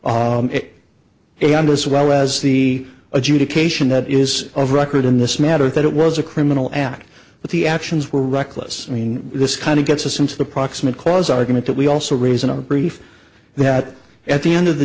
understood well as the adjudication that is our record in this matter that it was a criminal act but the actions were reckless i mean this kind of gets us into the proximate cause argument that we also raise in our brief that at the end of the